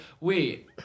wait